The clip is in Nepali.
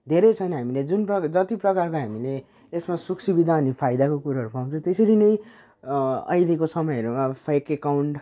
धेरै छन् हामीले जुन प जति प्रकारको हामीले यसमा सुखसुविधा अनि फाइदाको कुरोहरू पाउँछ त्यसरी नै अहिलेको समयहरूमा अब फेक एकाउन्ट